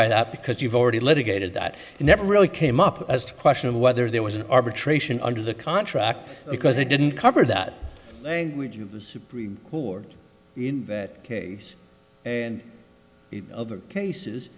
by that because you've already litigated that and never really came up as a question of whether there was an arbitration under the contract because they didn't cover that language of the supreme court in that case and the other cases